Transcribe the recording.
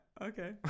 Okay